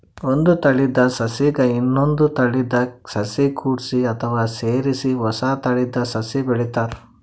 ಒಂದ್ ತಳೀದ ಸಸಿಗ್ ಇನ್ನೊಂದ್ ತಳೀದ ಸಸಿ ಕೂಡ್ಸಿ ಅಥವಾ ಸೇರಿಸಿ ಹೊಸ ತಳೀದ ಸಸಿ ಬೆಳಿತಾರ್